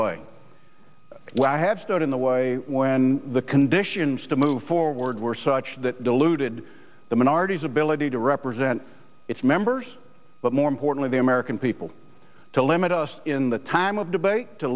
stood in the way when the conditions to move forward were such that diluted the minorities ability to represent its members but more importantly the american people to limit us in the time of debate to